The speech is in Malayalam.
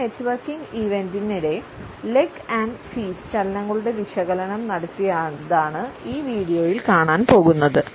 ഒരു നെറ്റ് വർക്കിംഗ് ഇവന്റിനിടെ ചലനങ്ങളുടെ വിശകലനം നടത്തിയതാണ് ഈ വീഡിയോയിൽ കാണാൻ പോകുന്നത്